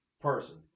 person